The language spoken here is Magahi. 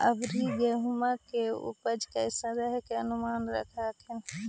अबर गेहुमा के उपजबा कैसन रहे के अनुमान हखिन?